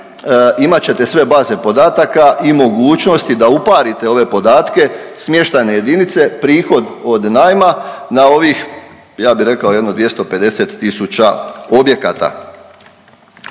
imat ćete sve baze podataka i mogućnosti da uparite ove podatke, smještajne jedinice, prihod od najma na ovih ja bi rekao jedno 250 tisuća objekata.